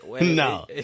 No